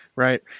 Right